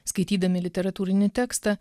skaitydami literatūrinį tekstą